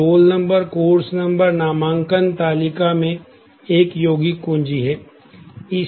तो roll number course number नामांकन तालिका में एक यौगिक कुंजी है